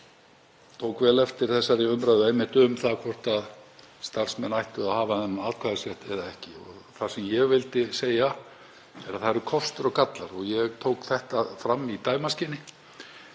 ég tók vel eftir þessari umræðu um það hvort starfsmenn ættu að hafa atkvæðisrétt eða ekki. Það sem ég vildi segja er að það eru kostir og gallar og ég tók þetta fram í dæmaskyni.